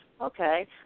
okay